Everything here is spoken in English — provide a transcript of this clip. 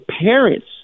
parents